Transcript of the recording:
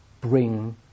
bring